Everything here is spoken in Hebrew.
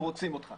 אנחנו רוצים אותך.